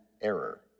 error